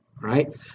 right